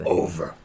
over